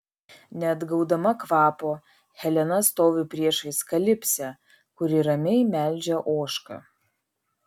neatgaudama kvapo helena stovi priešais kalipsę kuri ramiai melžia ožką